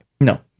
No